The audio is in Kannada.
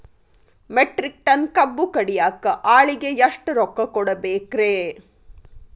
ಮೆಟ್ರಿಕ್ ಟನ್ ಕಬ್ಬು ಕಡಿಯಾಕ ಆಳಿಗೆ ಎಷ್ಟ ರೊಕ್ಕ ಕೊಡಬೇಕ್ರೇ?